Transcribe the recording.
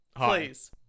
Please